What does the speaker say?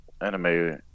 anime